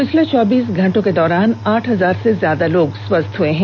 पिछले चौबीस घंटों के दौरान आठ हजार से ज्यादा लोग स्वस्थ हुए हैं